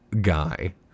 guy